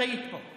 את היית פה.